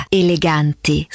eleganti